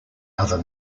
other